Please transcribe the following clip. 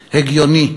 הגיוני,